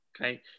Okay